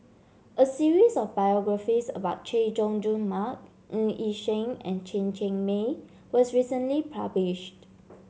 a series of biographies about Chay Jung Jun Mark Ng Yi Sheng and Chen Cheng Mei was recently published